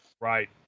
Right